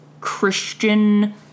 Christian